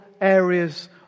areas